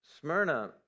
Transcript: Smyrna